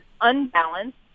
unbalanced